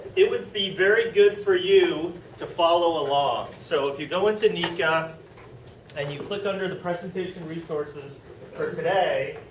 it would be very good for you to follow along. so if you go into niihka and you click under the presentation resources for today